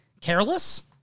careless